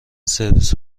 سرویس